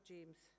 James